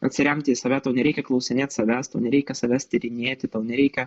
atsiremti į save tau nereikia klausinėt savęs tau nereikia savęs tyrinėti tau nereikia